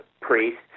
priests